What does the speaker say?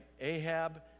Ahab